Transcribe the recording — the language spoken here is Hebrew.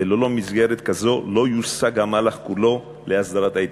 וללא מסגרת כזאת לא יושג המהלך כולו להסדרת ההתיישבות.